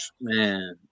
Man